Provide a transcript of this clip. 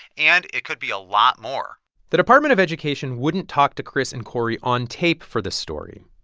and it could be a lot more the department of education wouldn't talk to chris and cory on tape for this story,